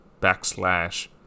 backslash